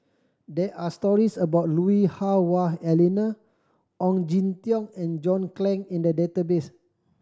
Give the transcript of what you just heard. there are stories about Lui Hah Wah Elena Ong Jin Teong and John Clang in the database